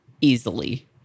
easily